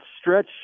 stretch